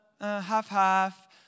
half-half